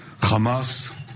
Hamas